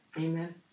Amen